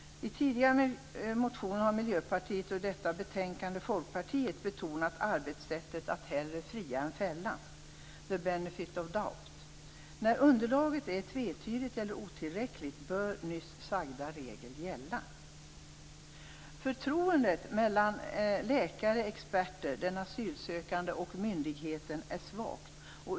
I tidigare motioner har Miljöpartiet, och i detta betänkande har också Folkpartiet, betonat arbetssättet att hellre fria än fälla; the benefit of doubt. När underlaget är tvetydigt eller otillräckligt bör nyss nämnda regel gälla. Förtroendet mellan läkarna, experterna, den asylsökande och myndigheten är svagt.